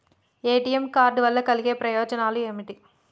ATM card వల్ల కలిగే ప్రయోజనాలు ఏమిటి?